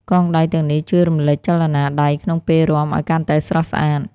កងដៃទាំងនេះជួយរំលេចចលនាដៃក្នុងពេលរាំឱ្យកាន់តែស្រស់ស្អាត។